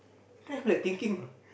then I'm like thinking